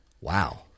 Wow